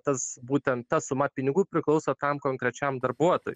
tas būtent ta suma pinigų priklauso tam konkrečiam darbuotojui